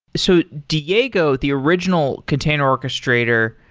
so, dieto, the original container orchestrator,